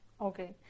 okay